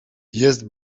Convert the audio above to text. jest